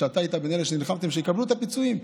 אתה היית מאלה שנלחמו שיקבלו את הפיצויים,